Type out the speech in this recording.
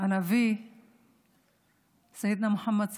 הנביא (אומרת בערבית: אדוננו מוחמד,